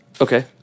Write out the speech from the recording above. Okay